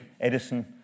Edison